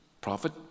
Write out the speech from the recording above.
prophet